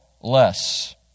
less